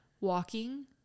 walking